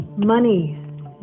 money